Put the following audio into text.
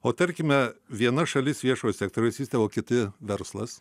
o tarkime viena šalis viešojo sektoriaus įstaigų o kiti verslas